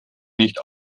nicht